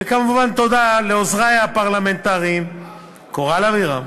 וכמובן תודה לעוזרי הפרלמנטריים קורל אבירם